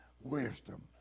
wisdom